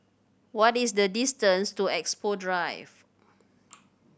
what is the distance to Expo Drive